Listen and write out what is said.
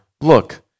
Look